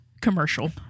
commercial